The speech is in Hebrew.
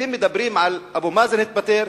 אתם אומרים שאבו מאזן התפטר,